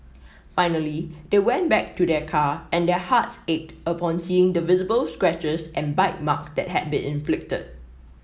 finally they went back to their car and their hearts ached upon seeing the visible scratches and bite mark that had been inflicted